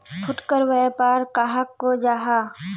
फुटकर व्यापार कहाक को जाहा?